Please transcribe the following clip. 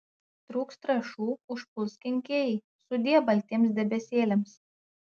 trūks trąšų užpuls kenkėjai sudie baltiems debesėliams